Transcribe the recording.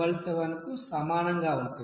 52359877 కు సమానంగా ఉంటుంది